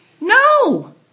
No